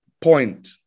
point